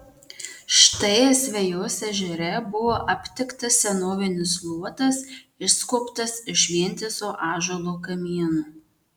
štai asvejos ežere buvo aptiktas senovinis luotas išskobtas iš vientiso ąžuolo kamieno